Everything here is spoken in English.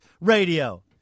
Radio